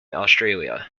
australia